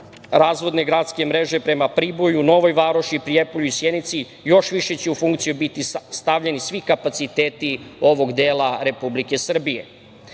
razvodne gradske mreže prema Priboju, Novoj Varoši, Prijepolju i Sjenici još više će u funkciji biti stavljeni svi kapaciteti ovog dela Republike Srbije. Jedan